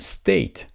state